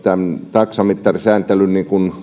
taksamittarisääntelystä